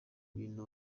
bintu